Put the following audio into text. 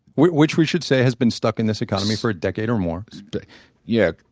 which which we should say has been stuck in this economy for a decade or more yeah,